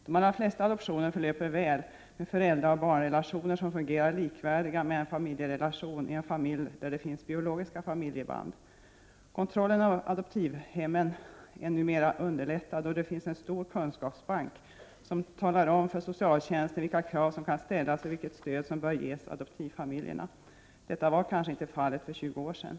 De allra flesta adoptioner förlöper väl, med föräldra-barn-relationer som fungerar likvärdigt med en familjerelation i en familj där det finns biologiska familjeband. Kontrollen av adoptivhemmen är numera underlättad, och det finns en stor kunskapsbank som talar om för socialtjänsten vilka krav som kan ställas och vilket stöd som bör ges adoptivfamiljerna. Detta var kanske inte fallet för 20 år sedan.